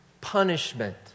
punishment